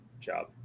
job